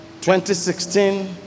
2016